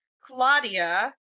claudia